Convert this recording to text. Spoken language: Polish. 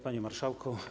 Panie Marszałku!